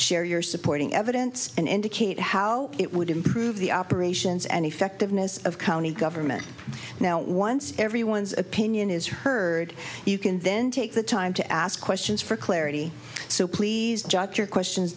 share your supporting evidence and indicate how it would improve the operations and effectiveness of county government now once everyone's opinion is heard you can then take the time to ask questions for clarity so please judge your questions